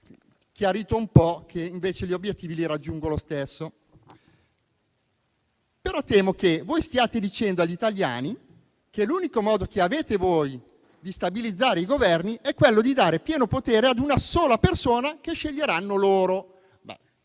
chiarito che invece gli obiettivi li raggiungo lo stesso. Temo, però, che voi stiate dicendo agli italiani che l'unico modo che avete voi di stabilizzare i Governi è quello di dare pieno potere ad una sola persona che sceglieranno loro.